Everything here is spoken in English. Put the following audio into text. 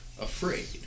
afraid